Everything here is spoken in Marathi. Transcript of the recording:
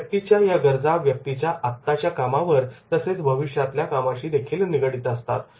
व्यक्तीच्या या गरजा व्यक्तीच्या आत्ताच्या कामावर तसेच भविष्यातल्या कामाशी देखील निगडित असतात